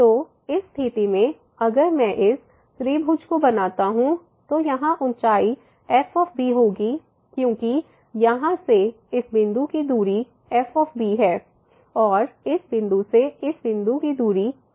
तो इस स्थिति में अगर मैं इस त्रिभुज को बनाता हूँ तो यहाँ ऊँचाई f होगी क्योंकि यहाँ से इस बिन्दु की दूरी f है और इस बिंदु से इस बिंदु की दूरी f है